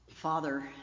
Father